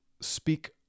speak